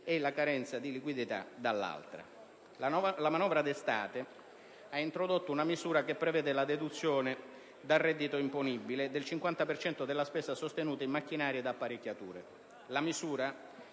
e la carenza di liquidità dall'altra. La manovra d'estate ha introdotto una misura che prevede la deduzione dal reddito imponibile del 50 per cento della spesa sostenuta in macchinari ed apparecchiature.